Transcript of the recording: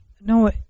No